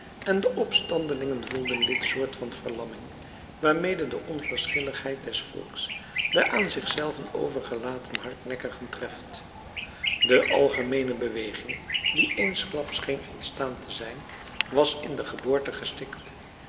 en de opstandelingen voelden die soort van verlamming waarmede de onverschilligheid des volks de aan zich zelven overgelaten hardnekkigen treft de algemeene beweging die eensklaps scheen ontstaan te zijn was in de geboorte gestikt